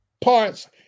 parts